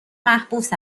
محبوس